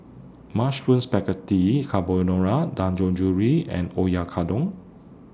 Mushroom Spaghetti Carbonara Dangojiru and Oyakodon